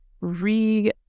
re-